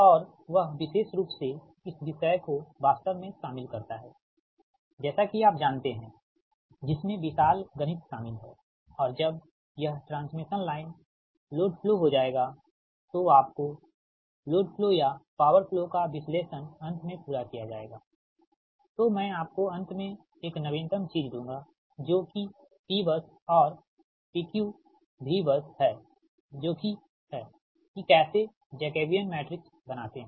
और वह विशेष रूप से इस विषय को वास्तव में शामिल करता है जैसा कि आप जानते हैं जिसमें विशाल गणित शामिल है और जब यह ट्रांसमिशन लाइन लोड फ्लो हो जाएगा तो आपका लोड फ्लो या पॉवर फ्लो का विश्लेषण अंत में पूरा किया जाएगा तो मैं आपको अंत में एक नवीनतम चीज़ दूँगा जो कि P बस और P Q V बस है जो कि है कि कैसे जैकबियन मैट्रिक्स बनाते है